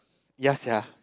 ya sia